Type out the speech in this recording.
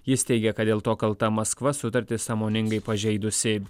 jis teigia kad dėl to kalta maskva sutartį sąmoningai pažeidusi